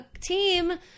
team